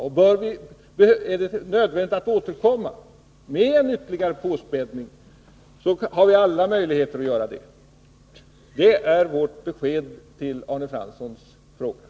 Skulle det visa sig nödvändigt att återkomma med en ytterligare påspädning, har vi alla möjligheter att göra det. Detta är vårt svar på Arne Franssons fråga.